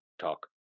talk